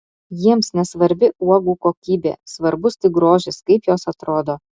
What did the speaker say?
jiems nesvarbi uogų kokybė svarbus tik grožis kaip jos atrodo